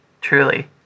Truly